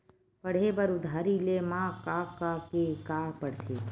पढ़े बर उधारी ले मा का का के का पढ़ते?